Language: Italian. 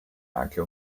anche